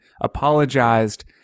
apologized